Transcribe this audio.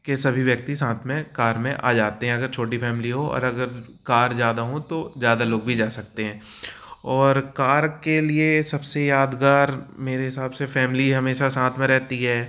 के सभी व्यक्ति साथ में कार में आ जाते हैं अगर छोटी फ़ैमिली हो और अगर कार ज़्यादा हों तो ज़्यादा लोग भी जा सकते हैं और कार के लिए सबसे यादगार मेरे हिसाब से फ़ैमिली हमेशा साथ में रहती है